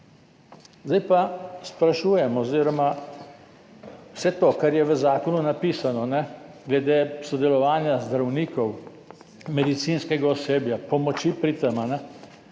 Zdaj pa sprašujem oziroma vse to, kar je v zakonu napisano glede sodelovanja zdravnikov, medicinskega osebja, pomoči pri tem,